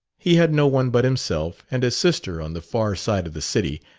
he had no one but himself, and a sister on the far side of the city,